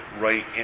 right